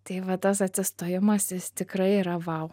tai va tas atsistojimas jis tikrai yra vau